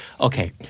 Okay